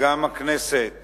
גם הכנסת